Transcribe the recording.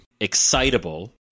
excitable